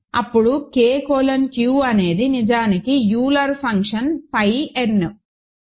అప్పుడు K colon Q అనేది నిజానికి Euler ఫంక్షన్ phi n